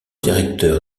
directeur